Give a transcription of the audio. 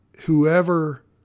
whoever